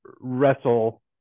wrestle –